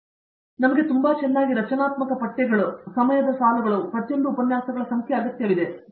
ಆದ್ದರಿಂದ ನಮಗೆ ತುಂಬಾ ಚೆನ್ನಾಗಿ ರಚನಾತ್ಮಕ ಪಠ್ಯಗಳು ಚೆನ್ನಾಗಿ ರಚನೆಯಾದ ಸಮಯ ಸಾಲುಗಳು ಪ್ರತಿಯೊಂದು ಉಪನ್ಯಾಸಗಳ ಸಂಖ್ಯೆ ಅಗತ್ಯವಿದೆ